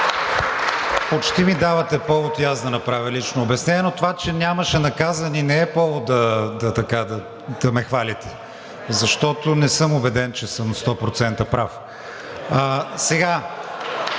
Почти ми давате повод и аз да направя лично обяснение. Това, че нямаше наказани, не е повод да ме хвалите, защото не съм убеден, че съм 100% прав.